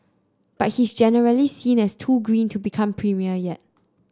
but he's generally seen as too green to become premier yet